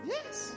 Yes